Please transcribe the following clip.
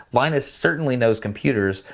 linus certainly knows computers,